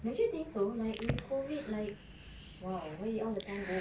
don't you think so like with COVID like !wow! where did all the time go